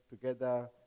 together